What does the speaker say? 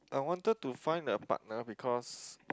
I wanted to find a partner because